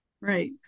Right